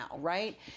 right